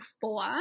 four